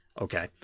Okay